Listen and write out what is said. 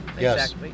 Yes